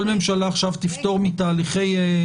כל ממשלה עכשיו תפטור מתהליכים?